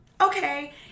okay